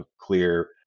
clear